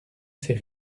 sais